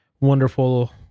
wonderful